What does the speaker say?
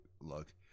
look